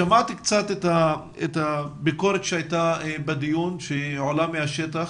שמעתי קצת ביקורת שעולה מהשטח